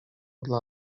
dla